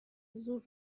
زور